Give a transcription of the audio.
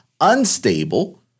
unstable